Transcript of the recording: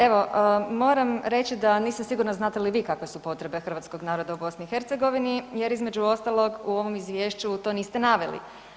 Evo moram reći da nisam sigurna znate li vi kakve su potrebe hrvatskog naroda u BiH jer između ostalog u ovom izvješću to niste naveli.